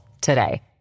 today